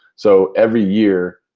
so every year,